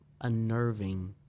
unnerving